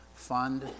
fund